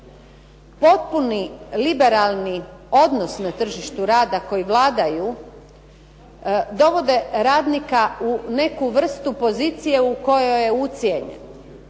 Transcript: Potpuni liberalni odnos na tržištu rada koji vladaju dovode radnika u neku vrstu pozicije u kojoj je ucijenjen.